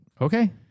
Okay